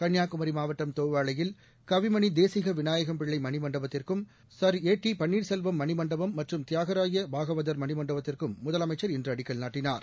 கன்னியாகுமரி மாவட்டம் தோவாளையில் கவிமணி தேசிக விநாயகம் பிள்ளை மணிமண்டபத்திற்கும் சர் ஏ டி பன்ளீர்செல்வம் மணிமண்டபம் மற்றும் தியாகராஜ பாகவதர் மணிமண்டபத்திற்கும் முதலமைச்சர் இன்று அடிக்கல் நாட்டினார்